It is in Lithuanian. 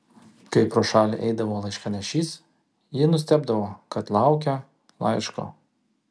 kai pro šalį eidavo laiškanešys ji nustebdavo kad laukia laiško